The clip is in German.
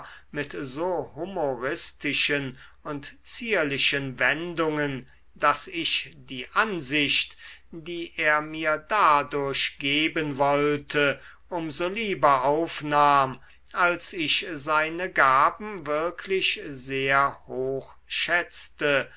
mit so humoristischen und zierlichen wendungen daß ich die ansicht die er mir dadurch geben wollte um so lieber aufnahm als ich seine gaben wirklich sehr hoch schätzte